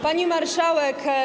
Pani Marszałek!